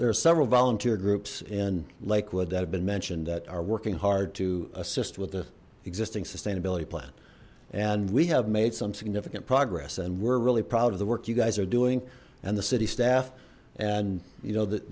there are several volunteer groups in lakewood that have been mentioned that are working hard to assist with the existing sustainability plan and we have made some significant progress and we're really proud of the work you guys are doing and the city staff and you know that